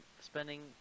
spending